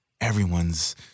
Everyone's